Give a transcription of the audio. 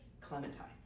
clementine